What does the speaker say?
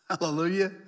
Hallelujah